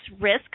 risk